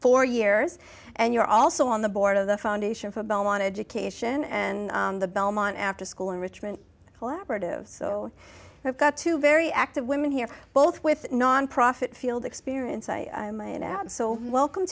four years and you're also on the board of the foundation for belmont education and the belmont after school in richmond collaborative so i've got two very active women here both with nonprofit field experience i am an add so welcome